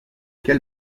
quel